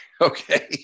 okay